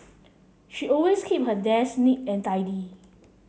she always keeps her desk neat and tidy